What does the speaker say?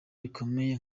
rikomeye